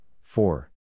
Four